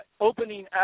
opening